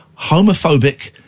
Homophobic